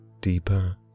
deeper